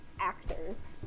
actors